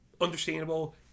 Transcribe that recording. understandable